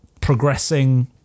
progressing